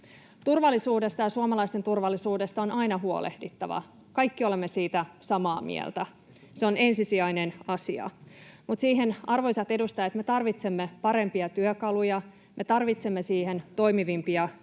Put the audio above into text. Turvallisuudesta ja suomalaisten turvallisuudesta on aina huolehdittava, me kaikki olemme siitä samaa mieltä, se on ensisijainen asia. Mutta siihen, arvoisat edustajat, me tarvitsemme parempia työkaluja. Me tarvitsemme siihen toimivimpia työkaluja,